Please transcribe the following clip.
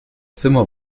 zimmer